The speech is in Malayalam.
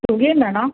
സുഖിയൻ വേണോ